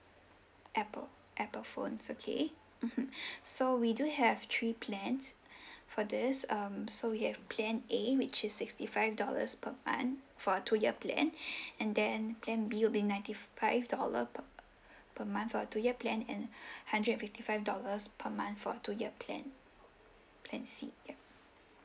apple apple phones okay mmhmm so we do have three plans for this um so we have plan A which is sixty five dollars per month for two year plan and then plan B will be ninety five dollar per per month for two year plan and hundred and fifty five dollars per month for two year plan plan C yup